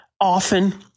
often